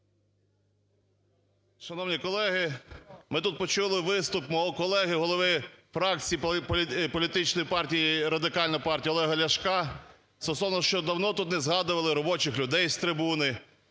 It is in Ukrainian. Шановні колеги, ми тут почули виступ мого колеги, голови фракції політичної партії "Радикальна партія" Олега Ляшка стосовно того, що давно тут не згадували робочих людей з трибуни,